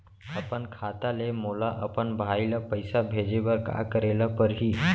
अपन खाता ले मोला अपन भाई ल पइसा भेजे बर का करे ल परही?